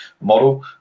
model